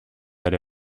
ere